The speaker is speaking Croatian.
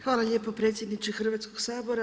Hvala lijepo predsjedniče Hrvatskog sabora.